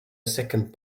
second